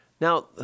Now